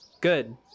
Good